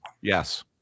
Yes